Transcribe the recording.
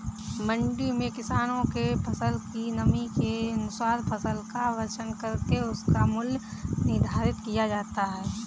मंडी में किसानों के फसल की नमी के अनुसार फसल का वजन करके उसका मूल्य निर्धारित किया जाता है